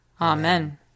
Amen